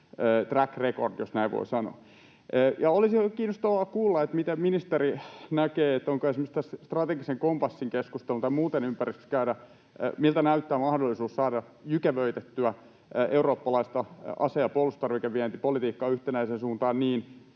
‑track record, jos näin voi sanoa. Ja olisi ollut kiinnostavaa kuulla, miten ministeri näkee, onko esimerkiksi tässä strategisen kompassin yhteydessä tai muussa ympäristössä mahdollista käydä keskustelua siitä, miltä näyttää mahdollisuus saada jykevöitettyä eurooppalaista ase- ja puolustustarvikevientipolitiikkaa yhtenäiseen suuntaan,